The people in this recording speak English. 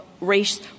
race